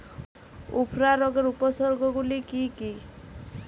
উফরা রোগের উপসর্গগুলি কি কি?